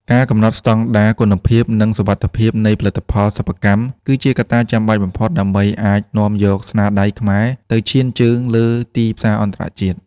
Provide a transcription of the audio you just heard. ការកំណត់ស្ដង់ដារគុណភាព និងសុវត្ថិភាពនៃផលិតផលសិប្បកម្ម គឺជាកត្តាចាំបាច់បំផុតដើម្បីអាចនាំយកស្នាដៃខ្មែរទៅឈានជើងលើទីផ្សារអន្តរជាតិ។